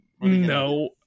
no